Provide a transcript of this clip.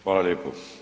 Hvala lijepo.